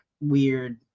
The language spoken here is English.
weird